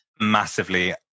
Massively